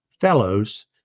fellows